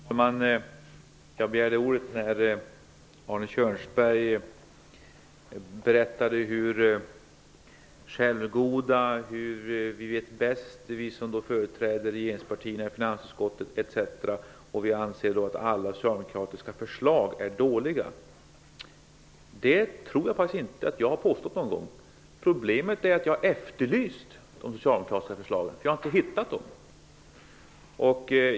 Herr talman! Jag begärde ordet med anledning av Arne Kjörnsbergs tal här om hur självgoda vi är, om att vi som företräder regeringspartierna i finansutskottet vet bäst etc. Att vi skulle anse att alla socialdemokratiska förslag är dåliga tror jag faktiskt inte att jag någon gång har påstått. Problemet är väl att jag har efterlyst socialdemokratiska förslag, för jag har inte hittat några sådana.